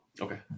Okay